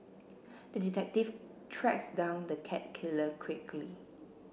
the detective tracked down the cat killer quickly